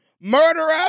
murderer